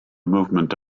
movement